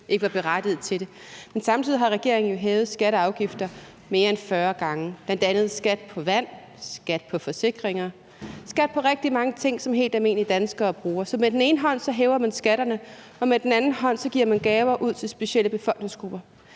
ikke var berettiget til det. Men samtidig har regeringen jo hævet skatter og afgifter mere end 40 gange, bl.a. skat på vand, skat på forsikringer, skat på rigtig mange ting, som helt almindelige danskere bruger. Så med den ene hånd hæver man skatterne, og med den anden hånd giver man gaver ud til specielle befolkningsgrupper.